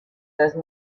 those